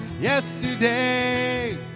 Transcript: yesterday